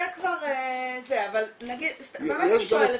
זה כבר --- אבל באמת אני שואלת,